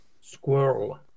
Squirrel